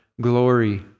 glory